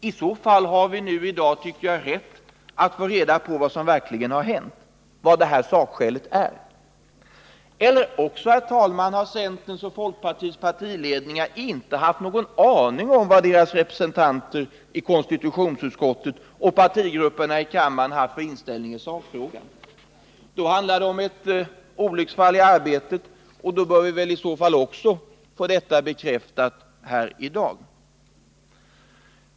I så fall har vi nu i dag, tycker jag, rätt att få reda på vad som verkligen har hänt, vad det sakskälet är. Eller också, herr talman, har centerns och folkpartiets partiledningar inte haft någon aning om vad deras representanter i konstitutionsutskottet och i partigrupperna i kammaren haft för inställning i sakfrågan. Då handlar det om ett olycksfall i arbetet, och då bör vi väl i så fall också få detta bekräftat här i dag.